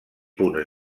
punts